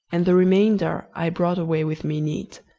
and the remainder i brought away with me neat.